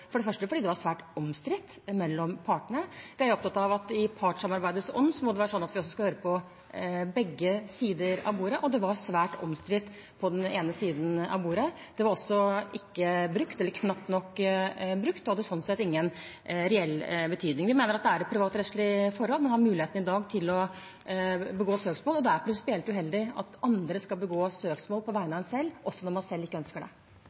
svært omstridt mellom partene. Vi er opptatt av at det i partssamarbeidets ånd må være sånn at vi hører på begge sider av bordet, og dette var svært omstridt hos den ene siden. Det var heller ikke brukt, eller knapt nok brukt, og det hadde sånn sett ingen reell betydning. Vi mener det er et privatrettslig forhold. Man har muligheten i dag til å gå til søksmål, og det er prinsipielt uheldig at andre skal gå til søksmål på vegne av en selv, også når en selv ikke ønsker det.